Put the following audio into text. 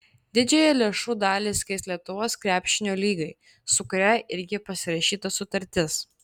didžiąją lėšų dalį skirs lietuvos krepšinio lygai su kuria irgi pasirašyta sutartis